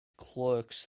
clerks